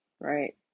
Right